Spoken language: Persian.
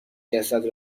جسد